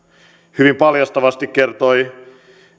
hyvin paljastavaa kertoi myös